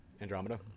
Andromeda